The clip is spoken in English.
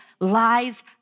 lies